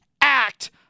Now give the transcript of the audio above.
act